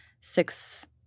six